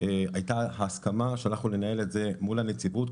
הייתה הסכמה שננהל את זה מול הנציבות,